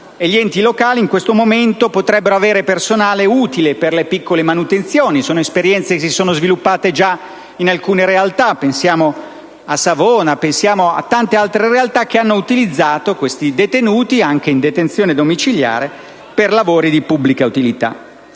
gli enti locali in questo momento potrebbero disporre di personale utile per le piccole manutenzioni. Si tratta di esperienze che si sono sviluppate già in alcune realtà; si pensi a Savona e a tante altre realtà in cui sono stati utilizzati questi detenuti, anche in detenzione domiciliare, per lavori di pubblica utilità.